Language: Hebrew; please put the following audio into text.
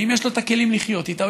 ואם יש לו כלים לחיות איתה,